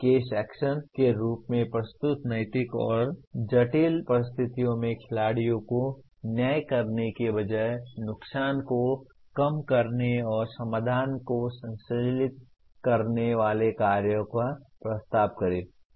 case action के रूप में प्रस्तुत नैतिक रूप से जटिल परिस्थितियों में खिलाड़ियों को न्याय करने के बजाय नुकसान को कम करने और समाधान को संश्लेषित करने वाले कार्यों का प्रस्ताव करें